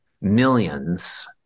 millions